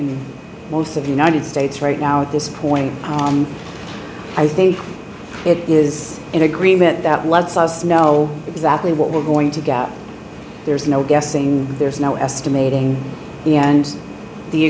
and most of the united states right now at this point on i think it is in agreement that lets us know exactly what we're going to get there's no guessing there's no estimating